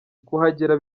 kuhagera